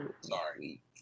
sorry